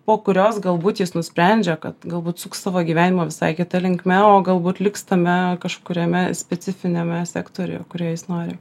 po kurios galbūt jis nusprendžia kad galbūt suks savo gyvenimą visai kita linkme o galbūt liks tame kažkuriame specifiniame sektoriuje kurio jis nori